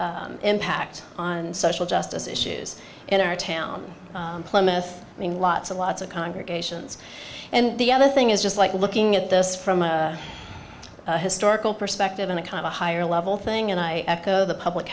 outsized impact on social justice issues in our town plymouth i mean lots and lots of congregations and the other thing is just like looking at this from a historical perspective and a kind of a higher level thing and i go to the public